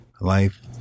life